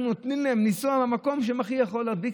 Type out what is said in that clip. אנחנו נותנים להם לנסוע במקום שהכי יכול להדביק,